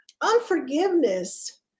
unforgiveness